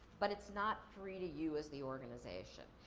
but it's not free to you as the organization.